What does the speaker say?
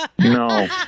No